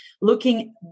looking